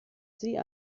sie